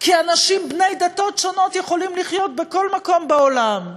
כי אנשים בני דתות שונות יכולים לחיות בכל מקום בעולם,